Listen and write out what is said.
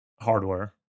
hardware